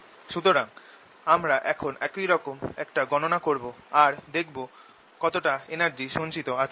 সুতরাং আমরা এখন একই রকম একটা গননা করব আর দেখব কতটা এনার্জি সঞ্চিত আছে